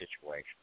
situation